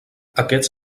aquests